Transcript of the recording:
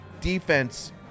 defense